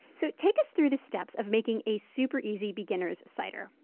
so take us through the steps of making a super easy beginner's cider.